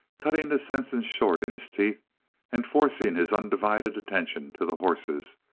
cutting the sentence short in his teeth and forcing his undivided attention to the horses,